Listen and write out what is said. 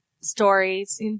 stories